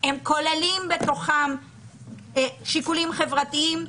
כוללים בתוכם שיקולים חברתיים,